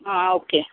okay